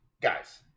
guys